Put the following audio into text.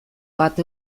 bat